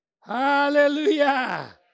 Hallelujah